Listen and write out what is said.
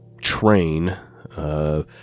train